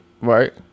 Right